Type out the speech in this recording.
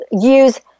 use